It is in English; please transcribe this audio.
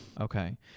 Okay